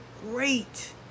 great